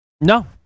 No